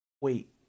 wait